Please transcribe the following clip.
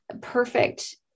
perfect